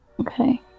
Okay